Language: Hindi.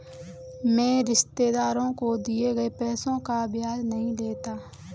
मैं रिश्तेदारों को दिए गए पैसे का ब्याज नहीं लेता